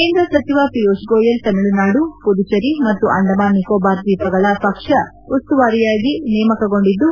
ಕೇಂದ್ರ ಸಚಿವ ಪಿಯೂಷ್ ಗೋಯಲ್ ತಮಿಳುನಾಡು ಮದುಚೇರಿ ಮತ್ತು ಅಂಡಮಾನ್ ನಿಕೋಬಾರ್ ದ್ವೀಪಗಳ ಪಕ್ಷ ಉಸ್ತುವಾರಿಯಾಗಿ ನೇಮಕಗೊಂಡಿದ್ದು